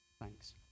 Thanks